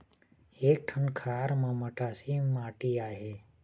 एक ठन खार म मटासी माटी आहे?